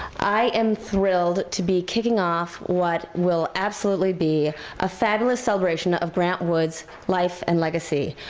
i am thrilled to be kicking off what will absolutely be a fabulous celebration of grant wood's life and legacy.